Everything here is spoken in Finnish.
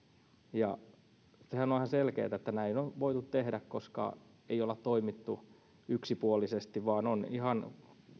sehän on ihan selkeätä että näin on voitu tehdä koska ei olla toimittu yksipuolisesti vaan on ihan